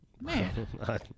Man